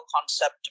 concept